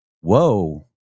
Whoa